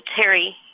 Terry